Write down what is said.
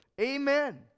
Amen